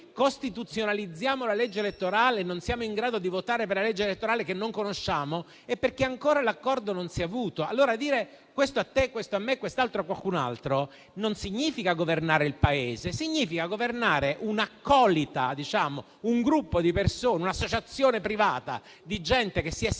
costituzionalizzato la legge elettorale e non siamo in grado di votare per una legge elettorale che non conosciamo è perché l'accordo non si è ancora realizzato. Allora dire "questo a te, questo a me e quest'altro e qualcun altro" non significa governare il Paese, ma governare un'accolita, un gruppo di persone o un'associazione privata, di gente che si è simpatica;